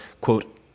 quote